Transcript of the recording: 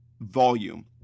volume